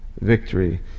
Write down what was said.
Victory